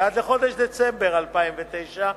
ועד לחודש דצמבר 2009,